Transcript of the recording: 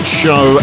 show